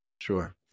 Sure